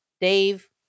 Dave